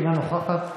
אינה נוכחת,